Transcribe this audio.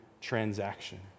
transaction